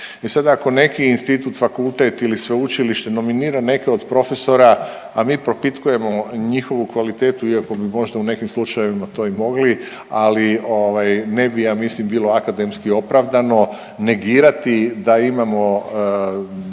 E sad ako neki institut, fakultet ili sveučilište nominira neke od profesora, a mi propitkujemo njihovu kvalitetu iako bi možda u nekim slučajevima to i mogli, ali ne bi ja mislim bilo akademski opravdano negirati da imamo